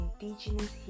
indigenous